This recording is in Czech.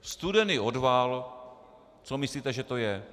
Studený odval co myslíte, že to je?